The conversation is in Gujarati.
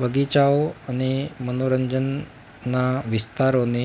બગીચાઓ અને મનોરંજનના વિસ્તારોને